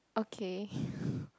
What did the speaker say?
okay